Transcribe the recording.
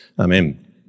Amen